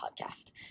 podcast